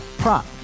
prop